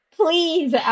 please